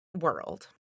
world